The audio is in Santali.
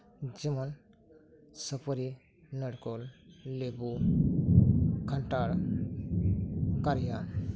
ᱡᱮᱢᱚᱱ ᱥᱟᱹᱯᱟᱹᱨᱤ ᱱᱟᱨᱠᱳᱞ ᱞᱤᱵᱩ ᱠᱟᱱᱴᱷᱟᱲ ᱠᱟᱨᱭᱟ